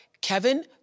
Kevin